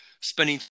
spending